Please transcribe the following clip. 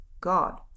God